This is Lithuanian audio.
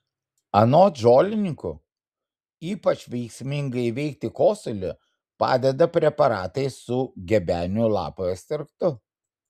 anot žolininkų ypač veiksmingai įveikti kosulį padeda preparatai su gebenių lapų ekstraktu